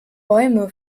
bäume